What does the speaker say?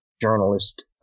journalist